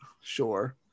sure